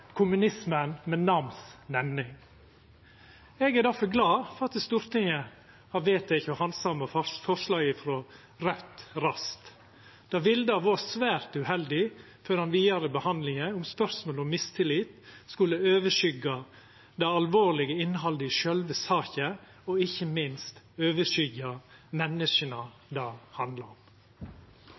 kommunismen – ved namns nemning. Eg er difor glad for at Stortinget har vedteke å handsama forslaget frå Raudt raskt. Det ville ha vore svært uheldig for den vidare behandlinga om spørsmålet om mistillit skulle overskyggja det alvorlege innhaldet i sjølve saka, og ikkje minst overskyggja menneska det handlar om.